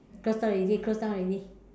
close down already close down already